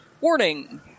Warning